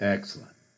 Excellent